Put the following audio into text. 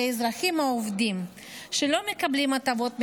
האזרחים העובדים שלא מקבלים הטבות מהמדינה,